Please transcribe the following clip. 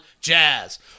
jazz